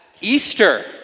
Easter